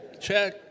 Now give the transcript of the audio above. Check